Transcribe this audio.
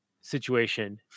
situation